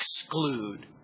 exclude